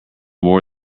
more